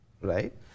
right